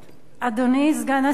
אדוני סגן השר,